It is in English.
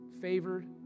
Favored